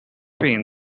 pain